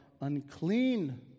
unclean